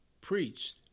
preached